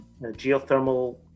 geothermal